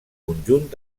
conjunt